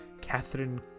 Catherine